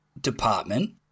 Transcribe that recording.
department